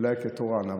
אולי כתורן.